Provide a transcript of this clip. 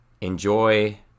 enjoy